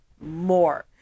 more